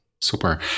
Super